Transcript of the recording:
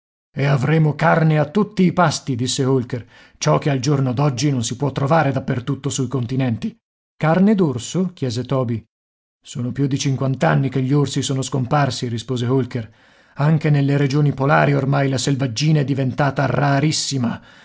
e avremo carne a tutti i pasti disse holker ciò che al giorno d'oggi non si può trovare dappertutto sui continenti carne d'orso chiese toby sono più di cinquant'anni che gli orsi sono scomparsi rispose holker anche nelle regioni polari ormai la selvaggina è diventata rarissima